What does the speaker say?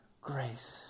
Grace